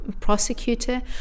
prosecutor